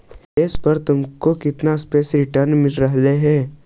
निवेश पर तुमको कितना सापेक्ष रिटर्न मिल रहलो हे